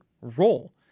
role